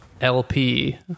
LP